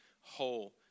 whole